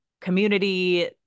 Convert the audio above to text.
community